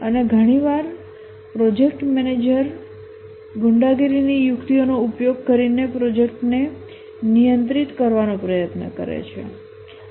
અને ઘણીવાર project manager ગુંડાગીરીની યુક્તિઓનો ઉપયોગ કરીને પ્રોજેક્ટને નિયંત્રિત કરવાનો પ્રયાસ કરે છે